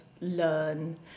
learn